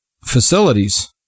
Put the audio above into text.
facilities